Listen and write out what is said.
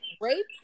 rape